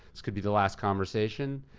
this could be the last conversation,